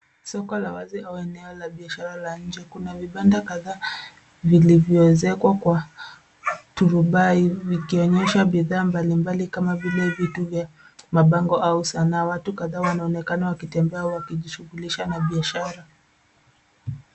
Soko la wazi au eneo la biashara la njee, kuna vipanda kataa vilivyoezekwa kwa durupia vikionyesha bidhaa mbali mbali kama vile vitu vya mapongo au sanaa. Watu kadhaa wanaonekana wakitembea wakijishughulisha na biashara.